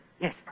yes